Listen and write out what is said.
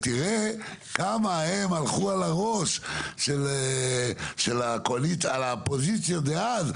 ותראה כמה הם הלכו על הראש של האופוזיציה דאז,